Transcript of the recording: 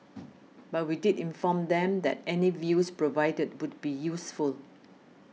but we did inform them that any views provided would be useful